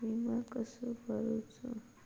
विमा कसो भरूचो?